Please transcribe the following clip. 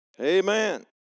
Amen